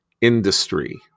industry